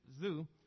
Zoo